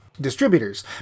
distributors